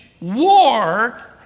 war